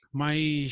mas